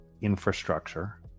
infrastructure